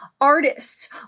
Artists